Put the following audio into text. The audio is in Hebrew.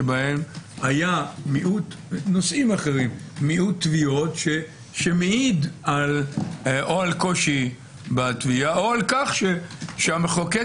שבהם היה מיעוט תביעות שמעיד על קושי בתביעה או על כך שהמחוקק